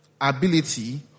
ability